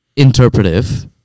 Interpretive